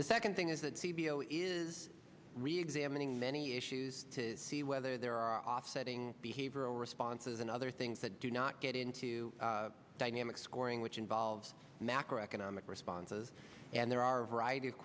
the second thing is that cvo is reexamining many issues to see whether there are offsetting behavioral responses and other things that do not get into dynamic scoring which involves macroeconomic responses and there are a variety of